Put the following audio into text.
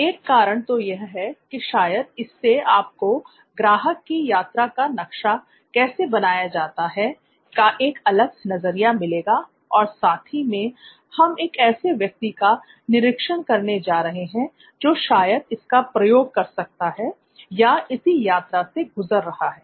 एक कारण तो यह है कि शायद इससे आपको ग्राहक की यात्रा का नक्शा कैसे बनाया जाता है का एक अलग नज़रिया मिलेगा और साथ ही में हम एक ऐसे व्यक्ति का निरीक्षण करने जा रहे हैं जो शायद इसका प्रयोग कर सकता है या इसी यात्रा से गुजर रहा है